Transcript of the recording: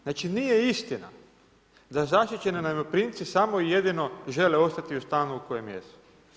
Znači nije istina da zaštićeni najmoprimci samo i jedino žele ostati u stanu u kojem jesu.